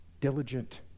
diligent